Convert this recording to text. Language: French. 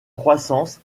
croissance